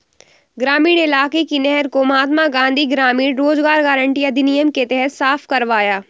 ग्रामीण इलाके की नहर को महात्मा गांधी ग्रामीण रोजगार गारंटी अधिनियम के तहत साफ करवाया